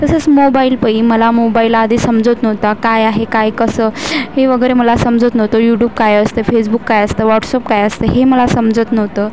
तसंच मोबाईल पहिलं मला मोबाईल आधी समजत नव्हता काय आहे काय कसं हे वगैरे मला समजत नव्हतं यूटूब काय असते फेसबुक काय असतं वॉट्सअप काय असतं हे मला समजत नव्हतं